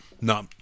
no